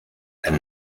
and